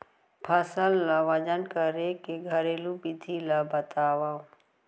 फसल ला वजन करे के घरेलू विधि ला बतावव?